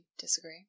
Disagree